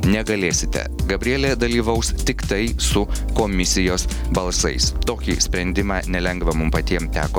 negalėsite gabrielė dalyvaus tiktai su komisijos balsais tokį sprendimą nelengvą mum patiem teko